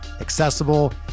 accessible